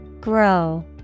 Grow